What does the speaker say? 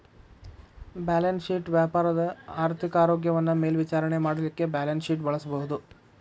balance sheet ವ್ಯಾಪಾರದ ಆರ್ಥಿಕ ಆರೋಗ್ಯವನ್ನ ಮೇಲ್ವಿಚಾರಣೆ ಮಾಡಲಿಕ್ಕೆ ಬ್ಯಾಲನ್ಸ್ಶೇಟ್ ಬಳಸಬಹುದು